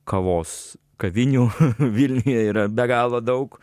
kavos kavinių vilniuje yra be galo daug